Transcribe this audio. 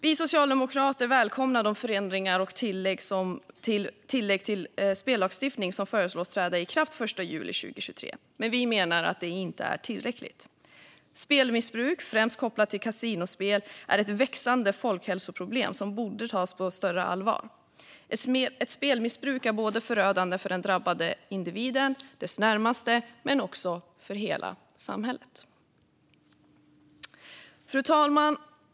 Vi socialdemokrater välkomnar de förändringar och tillägg till spellagstiftningen som föreslås träda i kraft den 1 juli 2023, men vi menar att de inte är tillräckliga. Spelmissbruk, främst kopplat till kasinospel, är ett växande folkhälsoproblem som borde tas på större allvar. Ett spelmissbruk är förödande för den drabbade individen, de närmaste och för hela samhället. Fru talman!